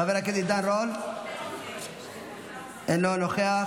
חבר הכנסת עידן רול, אינו נוכח.